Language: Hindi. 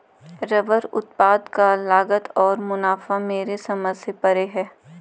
रबर उत्पाद का लागत और मुनाफा मेरे समझ से परे है